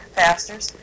pastors